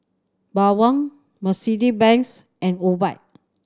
Bawang Mercedes Benz and Obike